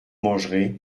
mangerez